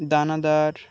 দানাদার